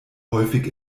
häufig